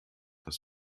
das